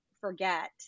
forget